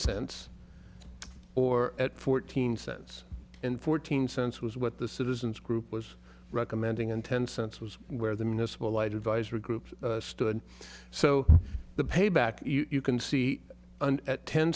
cents or at fourteen cents and fourteen cents was what the citizens group was recommending and ten cents was where the municipal light advisory group stood so the payback you can see at ten